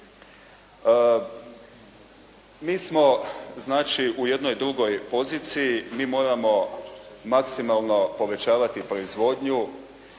Mi smo znači u jednoj drugoj poziciji, mi moramo maksimalno povećavati proizvodnju